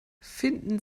finden